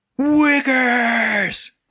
Wickers